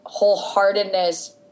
wholeheartedness